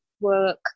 work